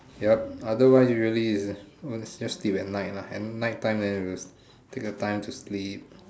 yup otherwise really is just sleep at night lah at nighttime then take your time to sleep